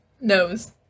Nose